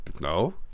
no